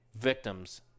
victims